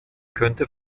könnte